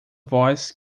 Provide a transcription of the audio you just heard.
voz